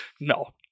No